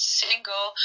single